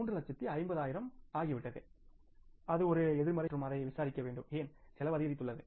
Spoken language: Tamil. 5 லட்சமாகிவிட்டது அது ஒரு எதிர்மறை மாறுபாடு மற்றும் அதை விசாரிக்க வேண்டும் ஏன் செலவு அதிகரித்துள்ளது